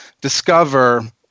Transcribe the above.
discover